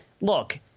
Look